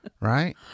Right